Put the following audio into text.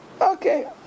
okay